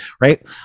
Right